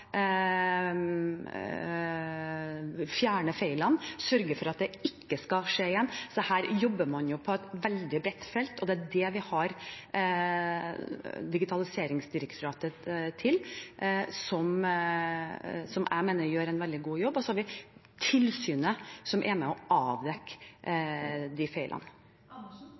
feilene, og sørge for at det ikke skal skje igjen. Man jobber på et veldig bredt felt, og det er det vi har Digitaliseringsdirektoratet til, som jeg mener gjør en veldig god jobb. Og vi har tilsynet som er med og avdekker de feilene.